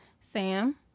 Sam